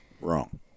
Wrong